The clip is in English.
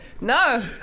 No